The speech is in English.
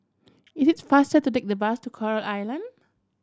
it is faster to take the bus to Coral Island